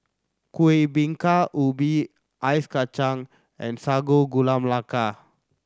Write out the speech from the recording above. Kuih Bingka Ubi ice kacang and Sago Gula Melaka